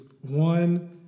one